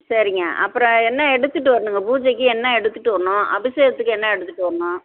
சரிங்க அப்புறோம் என்ன எடுத்துட்டு வரணுங்க பூஜைக்கு என்ன எடுத்துகிட்டு வரணும் அபிஷேகத்துக்கு என்ன எடுத்துகிட்டு வரணும்